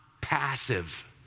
passive